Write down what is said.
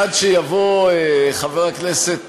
עד שיבוא חבר הכנסת